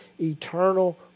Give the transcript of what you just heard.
eternal